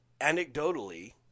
anecdotally